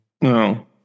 No